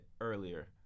earlier